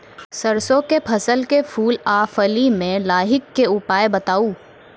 सरसों के फसल के फूल आ फली मे लाहीक के उपाय बताऊ?